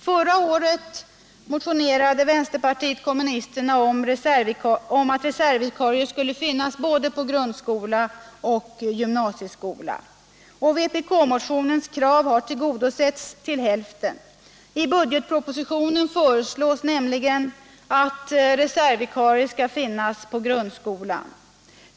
Förra året motionerade vänsterpartiet kommunisterna om att reservvikarier skulle finnas på både grundskola och gymnasieskola. Vpk-motionens krav har tillgodosetts till hälften; i budgetpropositionen föreslås nämligen att reservvikarier skall finnas på grundskolan.